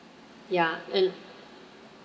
ya and